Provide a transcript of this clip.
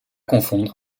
confondre